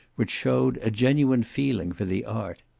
which showed a genuine feeling for the art.